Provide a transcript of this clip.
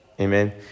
Amen